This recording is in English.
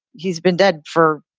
he's been dead for,